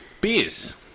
Beers